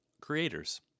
creators